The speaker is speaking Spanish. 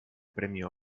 premio